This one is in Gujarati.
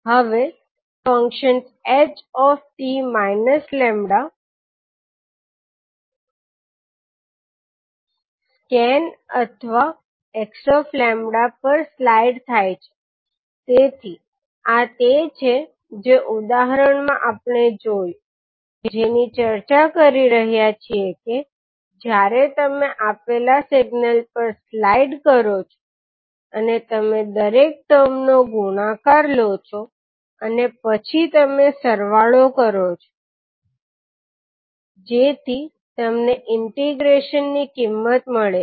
હવે ફંક્શન્સ ℎ 𝑡 𝜆 સ્કેન અથવા 𝑥𝜆 પર સ્લાઈડ થાય છે તેથી આ તે છે જે ઉદાહરણમાં આપણે જોયું જેની ચર્ચા કરી રહ્યા છીએ કે જ્યારે તમે આપેલા સિગ્નલ પર સ્લાઈડ કરો છો અને તમે દરેક ટર્મ નો ગુણાકાર લો છો અને પછી તમે સરવાળો કરો છો જેથી તમને ઈન્ટીગ્રૅશન ની કિંમત મળે છે